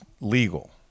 legal